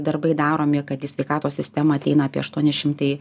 darbai daromi kad į sveikatos sistemą ateina apie aštuoni šimtai